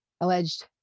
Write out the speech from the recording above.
alleged